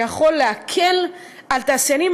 שיכול להקל על תעשיינים,